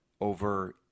over